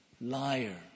liar